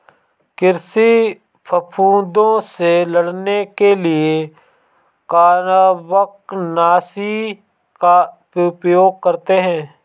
कृषि फफूदों से लड़ने के लिए कवकनाशी का उपयोग करते हैं